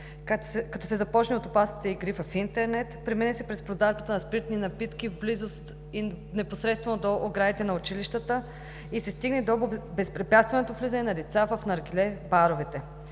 като се започне от опасните игри в интернет, премине се през продажбата на спиртни напитки в близост и непосредствено до оградите на училищата и се стигне до безпрепятственото влизане на деца в наргиле баровете.